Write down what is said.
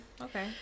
okay